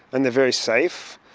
and they are very safe.